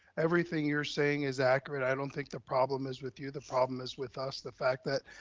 everything you're saying is accurate. i don't think the problem is with you. the problem is with us, the fact that,